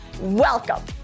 welcome